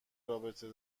رابطه